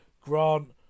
Grant